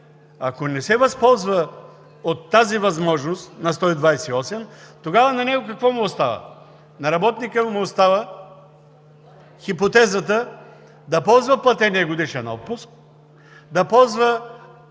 ако не се възползва от тази възможност – на чл. 128, тогава на него какво му остава? На работника му остава хипотезата да ползва платения годишен отпуск, да ползва,